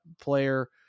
player